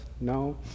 No